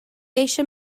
eisiau